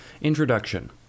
Introduction